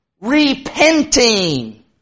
repenting